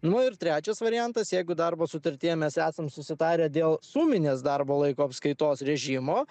nu ir trečias variantas jeigu darbo sutartyje mes esam susitarę dėl suminės darbo laiko apskaitos režimo